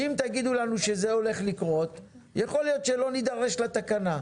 אם תגידו לנו שזה הולך לקרות יכול להיות שלא נידרש לתקנה,